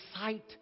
sight